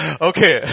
Okay